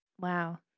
Wow